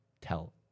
Tell